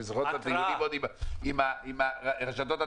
אני עוד זוכר את הדיונים עם רשתות התקשורת.